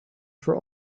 for